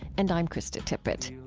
and i'm krista tippett